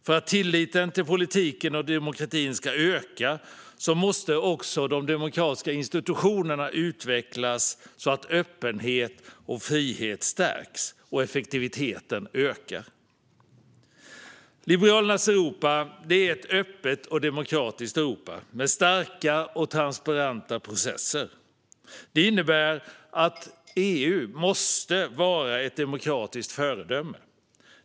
För att tilliten till politiken och demokratin ska öka måste också de demokratiska institutionerna utvecklas så att öppenhet och frihet stärks och effektiviteten ökar. Liberalernas Europa är ett öppet och demokratiskt Europa med starka och transparenta processer. Det innebär att EU måste vara ett demokratiskt föredöme.